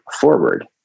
forward